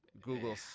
google